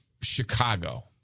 Chicago